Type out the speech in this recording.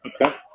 Okay